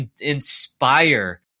inspire